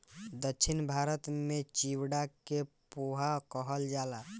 दक्षिण भारत में चिवड़ा के पोहा कहल जाला